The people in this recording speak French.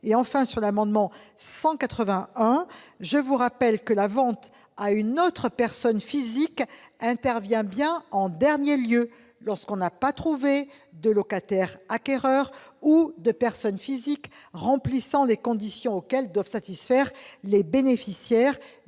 enfin, à l'amendement n° 181. Je rappelle que la vente à une autre personne physique intervient bien en dernier lieu, lorsque l'on n'a trouvé ni locataire acquéreur ou personne physique remplissant les conditions auxquelles doivent satisfaire les bénéficiaires